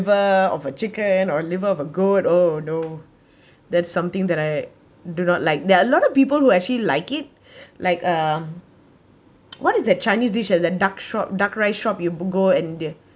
liver of a chicken or liver of a goat oh no that's something that I do not like there are a lot of people who actually like it like um what is that chinese dishes that duck shop duck rice shop you go and the